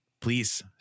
please